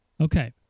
Okay